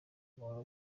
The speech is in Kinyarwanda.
umuntu